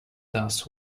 thus